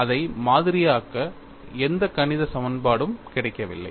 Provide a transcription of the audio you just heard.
அதை மாதிரியாக்க எந்த கணித சமன்பாடும் கிடைக்கவில்லை